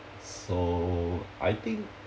so I think